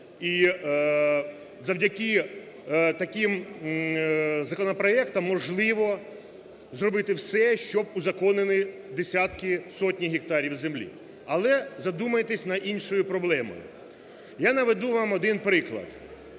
і завдяки таким законопроектам можливо зробити все, щоб узаконити десятки сотні гектарів землі. Але задумайтеся над іншою проблемою, я наведу вам один приклад.